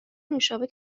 نوشابه